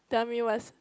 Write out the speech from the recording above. tell me what's